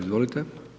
Izvolite.